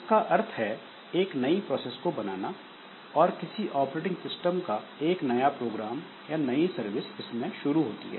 इसका अर्थ है एक नई प्रोसेस को बनाना और किसी ऑपरेटिंग सिस्टम का एक नया प्रोग्राम या नयी सर्विस इसमें शुरू होती है